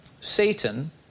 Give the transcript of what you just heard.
Satan